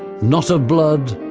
not of blood,